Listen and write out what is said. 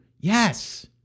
Yes